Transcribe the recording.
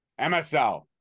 MSL